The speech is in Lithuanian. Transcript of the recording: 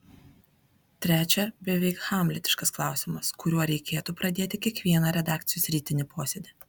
trečia beveik hamletiškas klausimas kuriuo reikėtų pradėti kiekvieną redakcijos rytinį posėdį